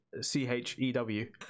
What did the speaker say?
C-H-E-W